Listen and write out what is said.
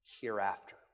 hereafter